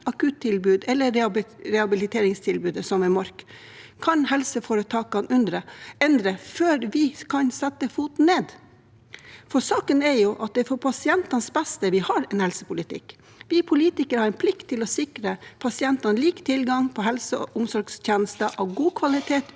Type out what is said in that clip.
akuttilbud eller rehabiliteringstilbud, som ved Mork, helseforetakene kan endre før vi kan sette foten ned, for saken er at det er for pasientenes beste vi har en helsepolitikk. Vi politikere har en plikt til å sikre pasientene lik tilgang på helse- og omsorgstjenester av god kvalitet